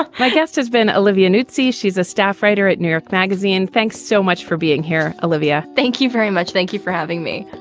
my guest has been olivia nuzzi she's a staff writer at new york magazine. thanks so much for being here. olivia, thank you very much. thank you for having me.